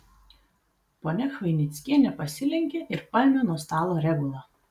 ponia chvainickienė pasilenkė ir paėmė nuo stalo regulą